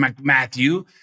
Matthew